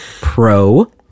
pro